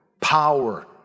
power